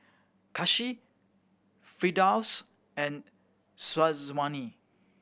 Kasih Firdaus and Syazwani